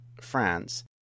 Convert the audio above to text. France